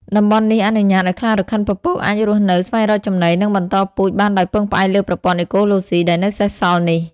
តំបន់នេះអនុញ្ញាតឲ្យខ្លារខិនពពកអាចរស់នៅ ស្វែងរកចំណី និងបន្តពូជបានដោយពឹងផ្អែកលើប្រព័ន្ធអេកូឡូស៊ីដែលនៅសេសសល់នេះ។